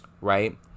right